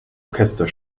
orchester